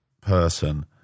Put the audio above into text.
person